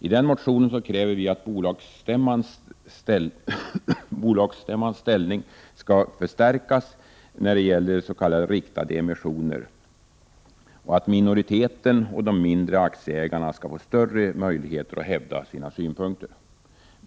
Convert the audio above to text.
I den motionen kräver vi att bolagsstämmans ställning skall stärkas när det gäller s.k. riktade emissioner och att minoriteten och de mindre aktieägarna skall få större möjligheter att hävda sina synpunkter.